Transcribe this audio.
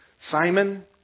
Simon